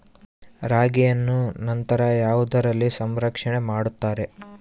ರಾಗಿಯನ್ನು ನಂತರ ಯಾವುದರಲ್ಲಿ ಸಂರಕ್ಷಣೆ ಮಾಡುತ್ತಾರೆ?